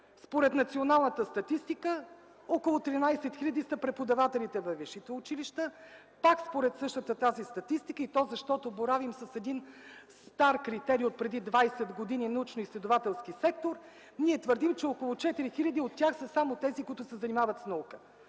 Според националната статистика, около 13 хиляди са преподавателите във висшите училища. Пак според същата тази статистика, и то защото боравим с един стар критерий отпреди 20 години – научноизследователски сектор, ние твърдим, че около 4 хиляди от тях са само тези, които се занимават с наука.